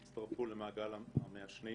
יצטרפו למעגל המעשנים.